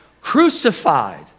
Crucified